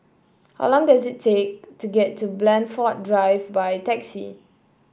how long does it take to get to Blandford Drive by taxi